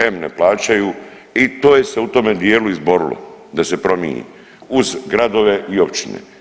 Em ne plaćaju i to je se u tome dijelu izborilo da se promini uz gradove i općine.